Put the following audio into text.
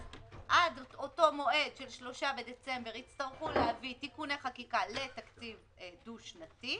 אז עד אותו מועד של 3 בדצמבר יצטרכו להביא תיקוני חקיקה לתקציב דו-שנתי,